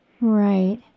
Right